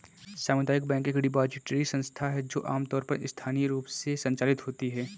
सामुदायिक बैंक एक डिपॉजिटरी संस्था है जो आमतौर पर स्थानीय रूप से संचालित होती है